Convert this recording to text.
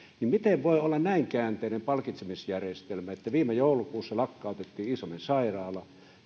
niin miten voi olla näin käänteinen palkitsemisjärjestelmä että viime joulukuussa lakkautettiin iisalmen sairaala